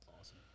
Awesome